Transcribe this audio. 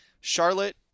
Charlotte